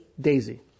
Daisy